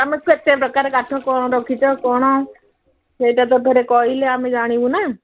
ଆମେ କେତେ ପ୍ରକାର କାଠ କ'ଣ ରଖିଛ କ'ଣ ସେଇଟା ତ ଫେରେ କହିଲେ ଆମେ ଜାଣିବୁ ନା